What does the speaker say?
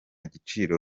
giciro